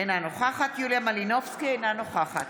אינה נוכחת יוליה מלינובסקי, אינה נוכחת